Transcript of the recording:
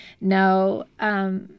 No